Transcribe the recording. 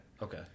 Okay